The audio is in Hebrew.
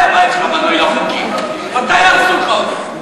הבית שלך בנוי לא חוקי, מתי יהרסו לך אותו?